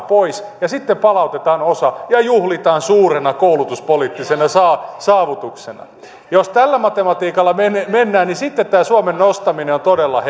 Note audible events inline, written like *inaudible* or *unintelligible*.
*unintelligible* pois ja sitten palautetaan osa ja juhlitaan suurena koulutuspoliittisena saavutuksena jos tällä matematiikalla mennään niin sitten tämä suomen nostaminen on todella *unintelligible*